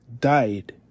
died